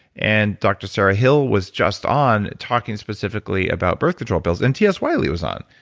and dr. sarah hill was just on talking specifically about birth control pills and ts wiley was on,